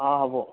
অ হ'ব